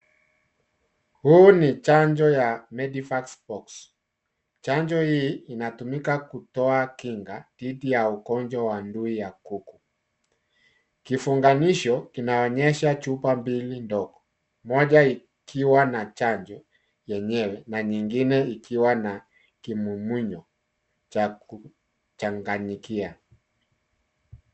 Huu ni chanjo ya medivac pox. Chanjo hii inatumika kutoa kinga, dhidi ya ugonjwa wa ndui ya kuku. Kifunganisho kinaonyesha chupa mbili ndogo. moja ikiwa na chanjo yenyewe na nyingine ikiwa na kimumunyo cha kuchanganyikia.